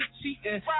cheating